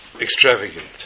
extravagant